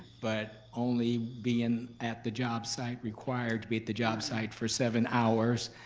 but only being at the job site, required to be at the job site, for seven hours.